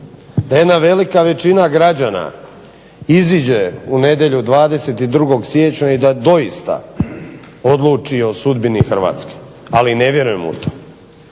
da jedna velika većina građana izađe u nedjelju 22. siječnja i da doista odluči o sudbini Hrvatske, ali ne vjerujem u to.